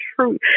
truth